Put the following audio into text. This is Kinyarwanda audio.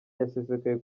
yasesekaye